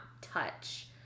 touch